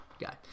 guy